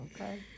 Okay